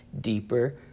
deeper